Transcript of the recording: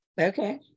okay